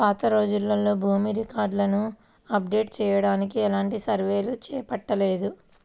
పాతరోజుల్లో భూమి రికార్డులను అప్డేట్ చెయ్యడానికి ఎలాంటి సర్వేలు చేపట్టలేదు